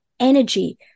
energy